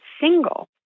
single